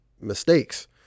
mistakes